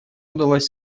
удалось